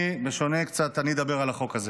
בשונה קצת, אני אדבר על החוק הזה